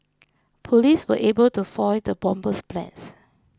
police were able to foil the bomber's plans